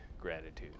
gratitude